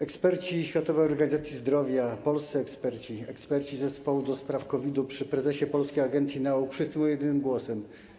Eksperci Światowej Organizacji Zdrowia, polscy eksperci, eksperci zespołu do spraw COVID przy prezesie Polskiej Akademii Nauk, wszyscy mówią jednym głosem: